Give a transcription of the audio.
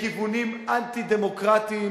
לכיוונים אנטי-דמוקרטיים,